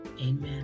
Amen